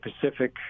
Pacific